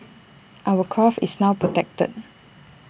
our craft is now protected